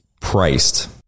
priced